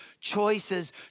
choices